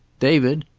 david!